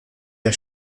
der